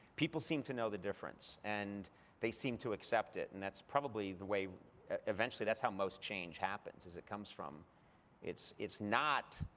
people seem to know the difference, and they seem to accept it. and that's probably the way eventually, that's how most change happens, is it comes from it's it's not